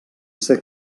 ser